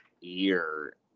year